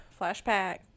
flashback